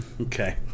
Okay